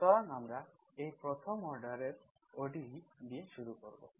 সুতরাং আমরা এই প্রথম অর্ডার এর ODE Fyyx0 দিয়ে শুরু করব